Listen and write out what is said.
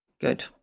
Good